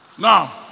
Now